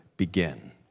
begin